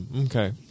Okay